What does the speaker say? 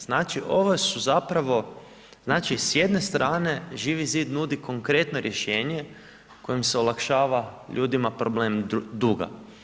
Znači ovo su zapravo znači s jedne strane Živi zid nudi konkretno rješenje kojim se olakšava ljudima problem duga.